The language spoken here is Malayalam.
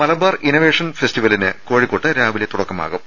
മലബാർ ഇന്നവേഷൻ ഫെസ്റ്റിവലിന് കോഴിക്കോട്ട് രാവിലെ തുട ക്കമാകും